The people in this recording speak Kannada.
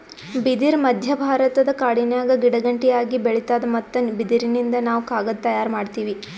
ಬಿದಿರ್ ಮಧ್ಯಭಾರತದ ಕಾಡಿನ್ಯಾಗ ಗಿಡಗಂಟಿಯಾಗಿ ಬೆಳಿತಾದ್ ಮತ್ತ್ ಬಿದಿರಿನಿಂದ್ ನಾವ್ ಕಾಗದ್ ತಯಾರ್ ಮಾಡತೀವಿ